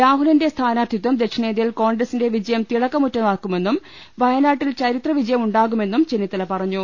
രാഹു ലിന്റെ സ്ഥാനാർത്ഥിത്വം ദക്ഷിണേന്ത്യയിൽ കോൺഗ്രസിന്റെ വിജയം തിളക്കമറ്റതാക്കുമെന്നും വയനാട്ടിൽ ചരിത്രവിജയമുണ്ടാ കുമെന്നും ചെന്നിത്തല പറഞ്ഞു